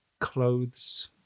clothes